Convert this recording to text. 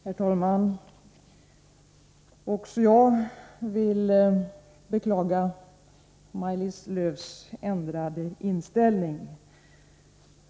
Herr talman! Också jag beklagar Maj-Lis Lööws ändrade inställning.